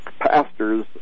pastors